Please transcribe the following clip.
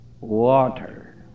water